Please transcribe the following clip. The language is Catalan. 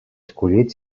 escollit